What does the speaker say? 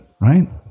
right